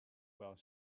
while